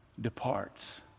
departs